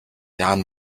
jahren